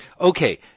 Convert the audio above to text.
Okay